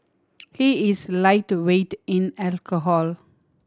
he is lightweight in alcohol